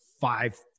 five